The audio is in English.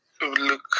look